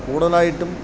കൂടുതലായിട്ടും